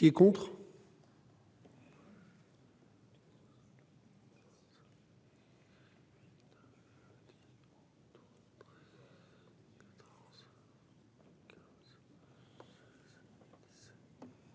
Qui est contre.